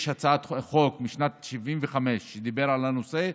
יש חוק משנת 1975 שדיבר על הנושא.